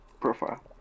profile